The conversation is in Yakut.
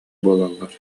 буолаллар